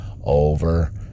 over